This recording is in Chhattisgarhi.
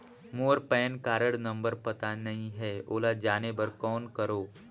मोर पैन कारड नंबर पता नहीं है, ओला जाने बर कौन करो?